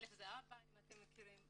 א' זה אבא אם אתם מכירים.